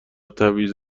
تبعیض